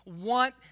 want